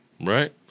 right